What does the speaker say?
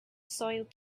soiled